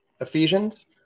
Ephesians